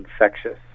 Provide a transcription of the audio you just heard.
infectious